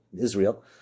Israel